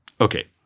Okay